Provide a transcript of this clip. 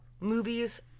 movies